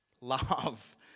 love